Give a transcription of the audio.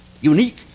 Unique